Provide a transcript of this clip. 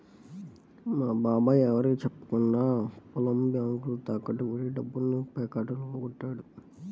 మా బాబాయ్ ఎవరికీ చెప్పకుండా పొలం బ్యేంకులో తాకట్టు బెట్టి డబ్బుల్ని పేకాటలో పోగొట్టాడు